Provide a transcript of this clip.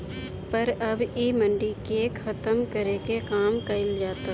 पर अब इ मंडी के खतम करे के काम कइल जाता